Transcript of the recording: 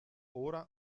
ora